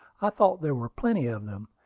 i thought there were plenty of them.